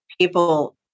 people